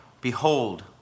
behold